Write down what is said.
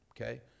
okay